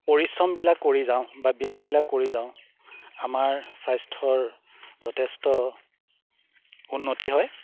পৰিশ্ৰমবিলাক কৰি যাওঁ বা ব্যায়ামবিলাক কৰি যাওঁ আমাৰ স্বাস্থ্যৰ যথেষ্ট উন্নতি হয়